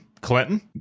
Clinton